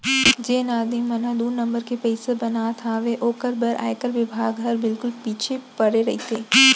जेन आदमी मन ह दू नंबर के पइसा बनात हावय ओकर बर आयकर बिभाग हर बिल्कुल पीछू परे रइथे